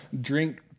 drink